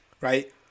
right